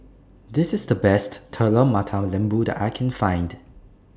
This IS The Best Telur Mata Lembu that I Can Find